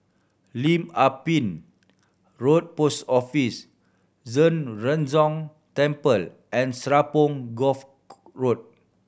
Lim Ah Pin Road Post Office Zhen Ren Gong Temple and Serapong Course Road